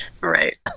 right